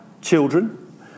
children